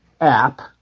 app